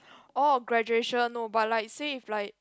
oh graduation no but like say if like